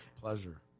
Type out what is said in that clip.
Pleasure